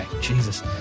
Jesus